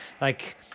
Like-